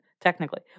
technically